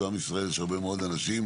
במדינת ישראל יש הרבה מאוד אנשים,